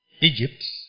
Egypt